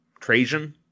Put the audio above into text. Trajan